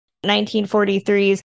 1943's